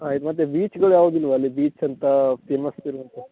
ಹಾಂ ಇದು ಮತ್ತೆ ಬೀಚುಗಳು ಯಾವ್ದು ಇಲ್ವಾ ಅಲ್ಲಿ ಬೀಚ್ ಅಂತ ಫೇಮಸ್ ಇರೋದು